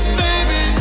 baby